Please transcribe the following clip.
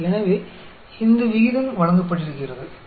तो यह दर दी गई है